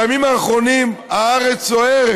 בימים האחרונים הארץ סוערת.